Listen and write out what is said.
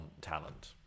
talent